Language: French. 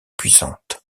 puissante